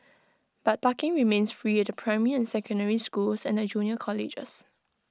but parking remains free the primary and secondary schools and the junior colleges